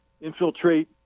infiltrate